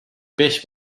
beş